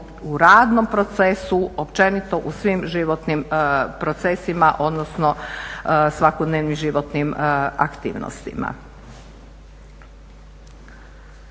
u radnom procesu, općenito u svim životnim procesima odnosno svakodnevnim životnim aktivnostima.